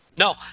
No